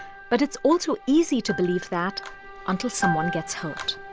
but it's also easy to believe that until someone gets hurt